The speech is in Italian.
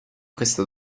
questa